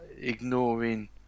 ignoring